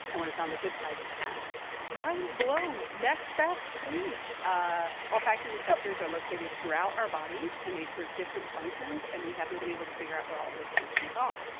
and it's on the good side, you can mind blown. next fact, please ah olfactory receptors are located throughout our bodies, and they serve different functions, and we haven't been able to figure out what all those functions are.